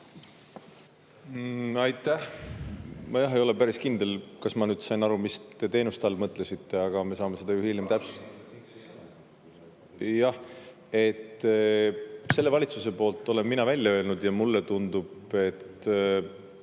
Aitäh! Ma ei ole päris kindel, kas ma nüüd sain aru, mis te teenuste all mõtlesite, aga me saame seda hiljem täpsustada (Saalist räägitakse.). Jah, et selle valitsuse poolt olen mina välja öelnud ja mulle tundub, et